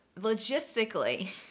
logistically